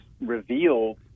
revealed